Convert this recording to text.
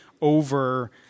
over